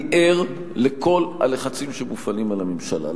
אני ער לכל הלחצים שמופעלים על הממשלה,